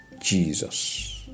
Jesus